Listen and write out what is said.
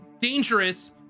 dangerous